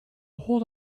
hold